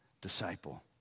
disciple